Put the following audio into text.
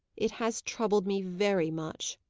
it has troubled me very much.